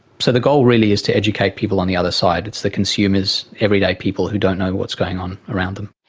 so the goal really is to educate people on the other side, it's the consumers, everyday people who don't know what's going on around them.